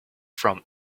from